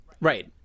Right